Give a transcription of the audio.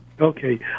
Okay